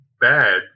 bad